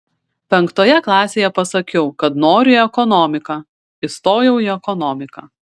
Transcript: penktoje klasėje pasakiau kad noriu į ekonomiką įstojau į ekonomiką